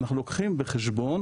אנחנו לוקחים בחשבון